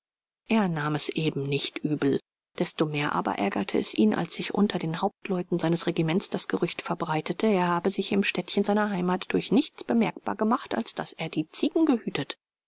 er nahm es eben nicht übel desto mehr aber ärgerte es ihn als sich unter den hauptleuten seines regiments das gerücht verbreitete er habe sich im städtchen seiner heimat durch nichts bemerkbar gemacht als daß er die ziegen gehütet